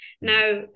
Now